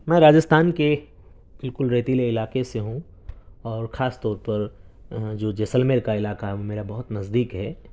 میں راجستھان کے بالکل ریتیلے علاقے سے ہوں اور خاص طور پر جو جیسلمیر کا علاقہ ہے وہ میرا بہت نزدیک ہے